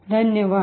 धन्यवाद